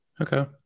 Okay